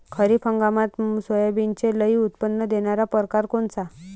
खरीप हंगामात सोयाबीनचे लई उत्पन्न देणारा परकार कोनचा?